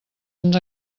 ens